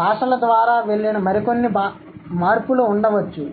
భాషల ద్వారా వెళ్ళిన మరికొన్ని మార్పులు ఉండవచ్చు